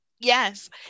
yes